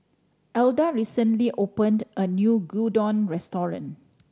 Alda recently opened a new Gyudon Restaurant